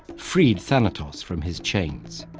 freed thanatos from his chains.